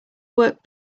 work